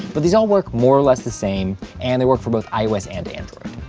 but these all work more or less the same, and they work for both ios and android.